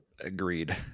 agreed